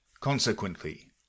consequently